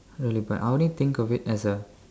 really but I only think of it as a